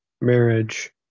marriage